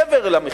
מעבר למחירים.